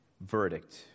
verdict